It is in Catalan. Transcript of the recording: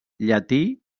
llatí